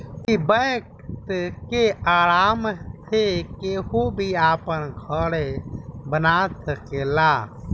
इ वैक्स के आराम से केहू भी अपना घरे बना सकेला